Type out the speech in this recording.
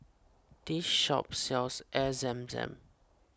this shop sells Air Zam Zam